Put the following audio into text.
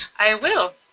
i and will.